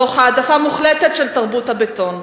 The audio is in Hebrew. תוך העדפה מוחלטת של תרבות הבטון.